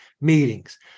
meetings